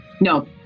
No